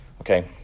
Okay